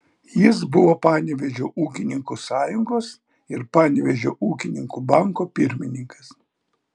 jis buvo panevėžio ūkininkų sąjungos ir panevėžio ūkininkų banko pirmininkas